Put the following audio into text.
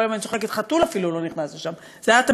כל היום אני צוחקת,